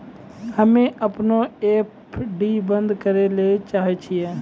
हम्मे अपनो एफ.डी बन्द करै ले चाहै छियै